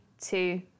two